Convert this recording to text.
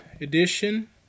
edition